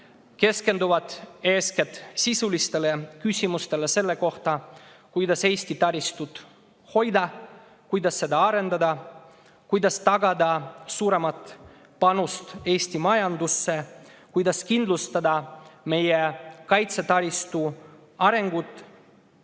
keskenduvad eeskätt sisulistele küsimustele selle kohta, kuidas Eesti taristut hoida, kuidas seda arendada, kuidas tagada suuremat panust Eesti majandusse ja kuidas kindlustada meie kaitsetaristu arengut.